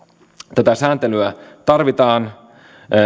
tätä sääntelyä tarvitaan